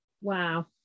Wow